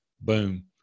boom